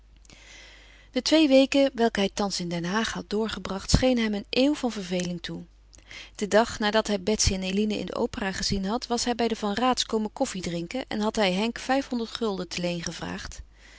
de twee weken welke hij thans in den haag had doorgebracht schenen hem een eeuw van verveling toe den dag nadat hij betsy en eline in de opera gezien had was hij bij de van raats komen koffiedrinken en had hij henk vijfhonderd gulden te leen gevraagd